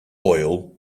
oil